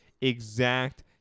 exact